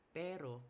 pero